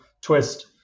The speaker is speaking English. twist